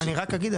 אני רק אגיד,